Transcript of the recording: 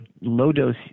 low-dose